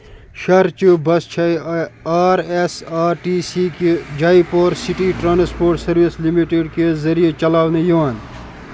شہرچہٕ بَسہٕ چھَے R S R T C کہِ Jaipur city transport service limited کہِ ذٔریعہٕ چلاونہٕ یِوان